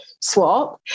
swap